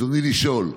רצוני לשאול: